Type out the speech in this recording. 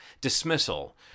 dismissal